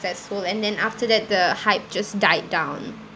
successful and then after that the hype just died down